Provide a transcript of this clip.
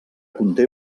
conté